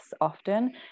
often